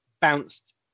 bounced